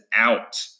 out